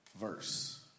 verse